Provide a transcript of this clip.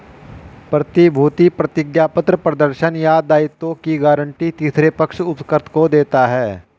प्रतिभूति प्रतिज्ञापत्र प्रदर्शन या दायित्वों की गारंटी तीसरे पक्ष उपकृत को देता है